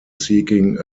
seeking